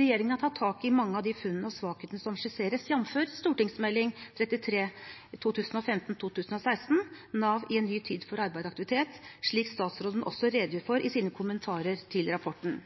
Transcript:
Regjeringen har tatt tak i mange av de funnene og svakhetene som skisseres, jf. Meld. St. 33 for 2015–2016, «NAV i en ny tid – for arbeid og aktivitet», slik statsråden også redegjorde for i sine kommentarer til rapporten.